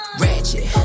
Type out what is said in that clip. ratchet